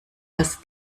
das